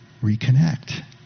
reconnect